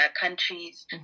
countries